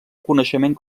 reconeixement